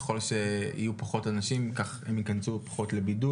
ככל שיהיו פחות אנשים כך ייכנסו פחות לבידוד.